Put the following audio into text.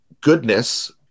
goodness